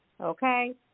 okay